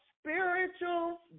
spiritual